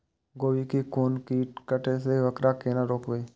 गोभी के कोन कीट कटे छे वकरा केना रोकबे?